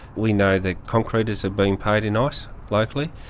we know that concreters are being paid in ice locally.